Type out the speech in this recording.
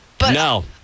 No